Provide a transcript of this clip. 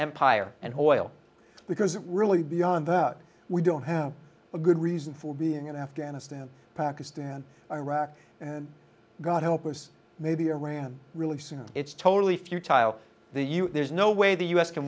empire and oil because it really beyond that we don't have a good reason for being in afghanistan pakistan iraq and god help us maybe iran really soon it's totally futile the you there's no way the u s can